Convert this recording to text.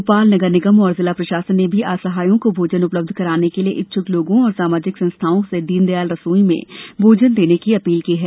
भोपाल नगर निगम और जिला प्रशासन ने भी असहायों को भोजन उपलब्ध कराने के लिए इच्छुक लोगों और सामाजिक संस्थाओं से दीनदयाल रसोई में भोजन देने की अपील की है